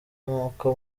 nkuko